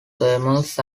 thames